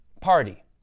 party